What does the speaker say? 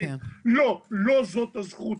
לא זו הזכות.